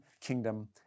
kingdom